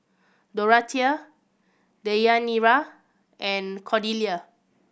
Dorathea Deyanira and Cordelia